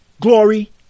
Glory